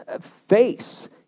face